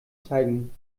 zeigen